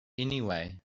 anyway